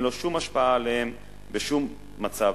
אין לו שום השפעה עליהם בשום מצב.